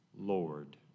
Lord